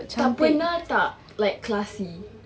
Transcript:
tak pernah like tak classy